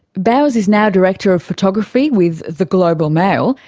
bowers is now director of photography with the global mail,